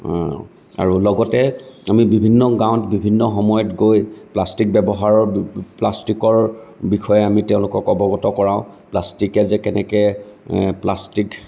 আৰু লগতে আমি বিভিন্ন সময়ত বিভিন্ন গাঁৱত গৈ প্লাষ্টিক ব্যৱহাৰৰ প্লাষ্টিকৰ বিষয়ে আমি তেওঁলোকক অৱগত কৰাওঁ প্লাষ্টিকে যে কেনেকৈ প্লাষ্টিক